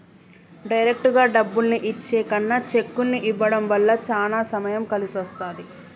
డైరెక్టుగా డబ్బుల్ని ఇచ్చే కన్నా చెక్కుల్ని ఇవ్వడం వల్ల చానా సమయం కలిసొస్తది